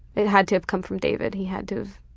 it had to have come from david, he had to have